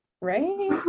right